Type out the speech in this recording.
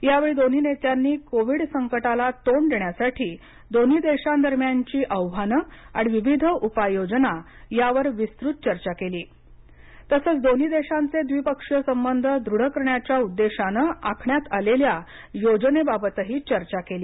यावेळी दोन्ही नेत्यांनी कोविड संकटाला तोंड देण्यासाठी दोन्ही देशांदरम्यानची आव्हाने आणि विविध उपाययोजना यावर विस्तृत चर्चा केली तसच दोन्ही देशांचे द्विपक्षीय संबंध दृढ करण्याच्या उद्देशाने आखण्यात आलेल्या योजने बाबतही चर्चा केली